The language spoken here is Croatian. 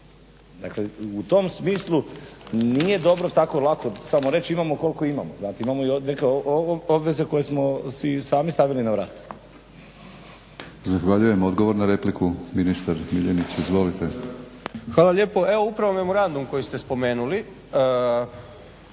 Dakle, u tom smislu nije dobro tako lako samo reći imamo koliko imamo. Znate, imamo i neke obveze koje smo si sami stavili na vrat. **Batinić, Milorad (HNS)** Zahvaljujem. Odgovor na repliku, ministar Miljenić. Izvolite. **Miljenić, Orsat** Hvala lijepo. Evo upravo memorandum koji ste spomenuli